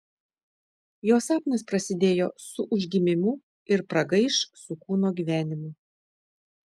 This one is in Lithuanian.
jo sapnas prasidėjo su užgimimu ir pragaiš su kūno gyvenimu